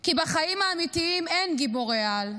כי בחיים האמיתיים אין גיבורי-על,